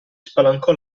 spalancò